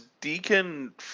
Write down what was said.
deacon